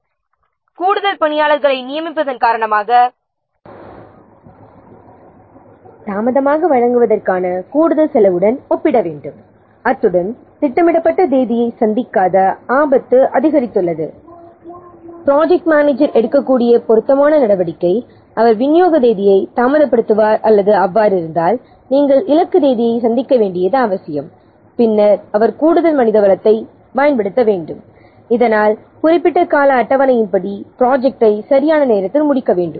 பிறகு இருக்க வேண்டிய கூடுதல் ஊழியர்களைப் பயன்படுத்துவதற்கான கூடுதல் செலவு தாமதமாக வழங்குவதற்கான செலவுடன் ஒப்பிட வேண்டும் அத்துடன் திட்டமிடப்பட்ட தேதியில் திட்டத்தை முடிக்காததால் வரும் ஆபத்தையும் கணக்கிட வேண்டும் ப்ராஜெக்ட் மேனேஜர் பொருத்தமான நடவடிக்கை எடுக்கலாம் அவர் விநியோக தேதியை தாமதப்படுத்துவார் அல்லது இலக்கு தேதியை பூர்த்தி செய்யும்படி அவர் உங்களைக் கேட்டுக்கொள்வார் பின்னர் அவர் குறிப்பிட்ட பணியாளர்களை பயன்படுத்தி குறிப்பிட்ட கால அட்டவணையின்படி சரியான நேரத்தில் முடிக்க வேண்டும்